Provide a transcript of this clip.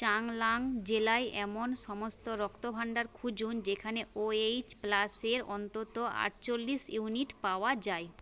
চাংলাং জেলায় এমন সমস্ত রক্তভাণ্ডার খুঁজুন যেখানে ও এইচ প্লাসের অন্তত আটচল্লিশ ইউনিট পাওয়া যায়